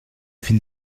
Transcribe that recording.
file